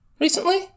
recently